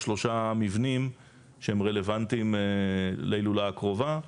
שלושה מבנים שהם רלוונטיים להילולה הקרובה.